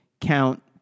count